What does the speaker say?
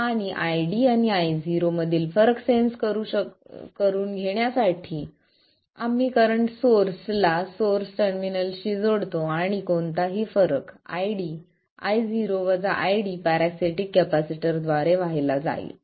आणि ID आणि Io मधील फरक सेंन्स करू शकतो घेण्यासाठी आम्ही करंट सोर्सला सोर्स टर्मिनलशी जोडतो आणि कोणताही फरक Io ID पॅरासिटीक कॅपेसिटर द्वारे वाहिला जाईल